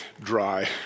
dry